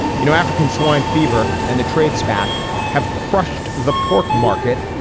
you know, african swine fever and the trade spat have crushed the pork market.